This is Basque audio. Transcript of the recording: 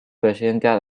presidentea